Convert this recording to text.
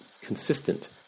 consistent